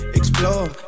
explore